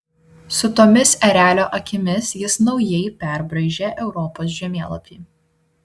su tomis erelio akimis jis naujai perbraižė europos žemėlapį